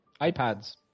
iPads